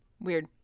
weird